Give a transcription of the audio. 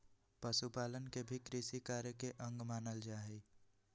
पशुपालन के भी कृषिकार्य के अंग मानल जा हई